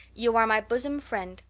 you are my bosom friend,